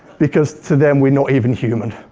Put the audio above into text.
because to them we're not even human,